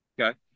Okay